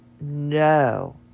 no